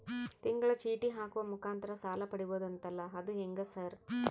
ತಿಂಗಳ ಚೇಟಿ ಹಾಕುವ ಮುಖಾಂತರ ಸಾಲ ಪಡಿಬಹುದಂತಲ ಅದು ಹೆಂಗ ಸರ್?